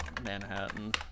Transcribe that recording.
Manhattan